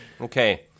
Okay